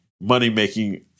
money-making